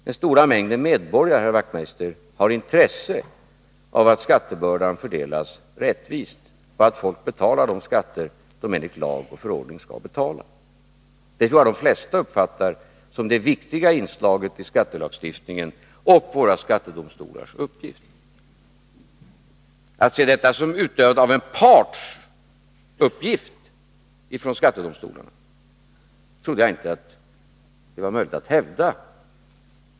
Den stora mängden medborgare, herr Wachtmeister, har intresse av att skattebördan fördelas rättvist och att folk betalar de skatter som de enligt lag och förordning skall betala. Det tror jag att de flesta uppfattar som det viktiga inslaget i skattelagstiftningens och våra skattedomstolars uppgift. Att i en debatt i svensk riksdag hävda att det rör sig om utövandet av ett partsintresse trodde jag inte var möjligt.